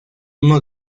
uno